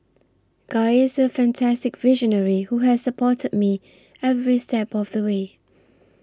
guy is a fantastic visionary who has supported me every step of the way